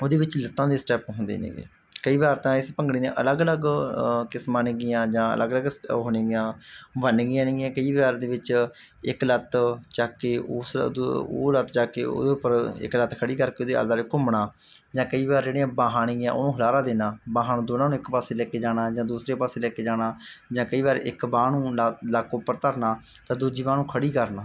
ਉਹਦੇ ਵਿੱਚ ਲੱਤਾ ਦੇ ਸਟੈਪ ਹੁੰਦੇ ਨੇਗੇ ਕਈ ਵਾਰ ਤਾਂ ਇਸ ਭੰਗੜੇ ਦੀਆਂ ਅਲੱਗ ਅਲੱਗ ਕਿਸਮਾਂ ਨੇਗੀਆਂ ਜਾਂ ਅਲੱਗ ਅਲੱਗ ਉਹ ਹੋਣਗੀਆਂ ਬਣ ਗਈਆਂ ਨੇਗੀਆਂ ਕਈ ਵਾਰ ਦੇ ਵਿੱਚ ਇੱਕ ਲੱਤ ਚੱਕ ਕੇ ਉਸ ਦ ਉਹ ਲੱਤ ਚੱਕ ਕੇ ਉਹਦੇ ਉੱਪਰ ਇੱਕ ਲੱਤ ਖੜ੍ਹੀ ਕਰਕੇ ਉਹਦੇ ਆਲੇ ਦੁਆਲੇ ਘੁੰਮਣਾ ਜਾਂ ਕਈ ਵਾਰ ਜਿਹੜੀਆਂ ਬਾਹਾਂ ਨੇਗੀਆਂ ਉਹਨੂੰ ਹੁਲਾਰਾ ਦੇਣਾ ਬਾਹਾਂ ਨੂੰ ਦੋਨਾਂ ਨੇ ਇੱਕ ਪਾਸੇ ਲੈ ਕੇ ਜਾਣਾ ਜਾਂ ਦੂਸਰੇ ਪਾਸੇ ਲੈ ਕੇ ਜਾਣਾ ਜਾਂ ਕਈ ਵਾਰ ਇੱਕ ਬਾਂਹ ਨੂੰ ਲੱਕ ਉੱਪਰ ਧਰਨਾ ਤਾਂ ਦੂਜੀ ਬਾਂਹ ਨੂੰ ਖੜ੍ਹੀ ਕਰਨਾ